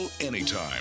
anytime